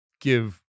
give